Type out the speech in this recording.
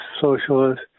socialist